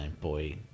boy